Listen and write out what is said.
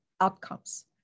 outcomes